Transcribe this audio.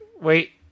Wait